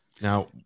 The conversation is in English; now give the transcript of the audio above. Now